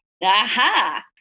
aha